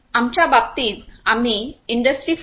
आमच्या बाबतीत आम्ही इंडस्ट्री 4